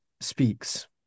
speaks